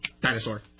Dinosaur